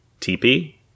tp